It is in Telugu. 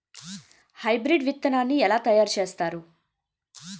హైబ్రిడ్ విత్తనాన్ని ఏలా తయారు చేస్తారు?